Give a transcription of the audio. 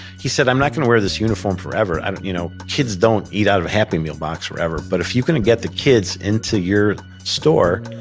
he said, i'm not going to wear this uniform forever, and you know, kids don't eat out of a happy meal box forever but if you can get the kids into your store,